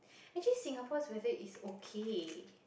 actually Singapore's weather is okay